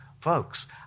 Folks